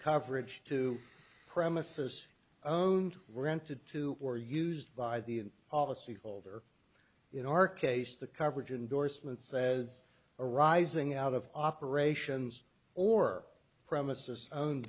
coverage to premises own rented to or used by the policy holder in our case the coverage indorsement says arising out of operations or premises owned